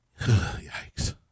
Yikes